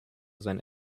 seinen